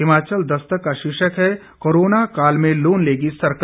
हिमाचल दस्तक का शीर्षक है कोरोना काल में लोन लेगी सरकार